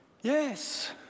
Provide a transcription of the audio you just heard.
yes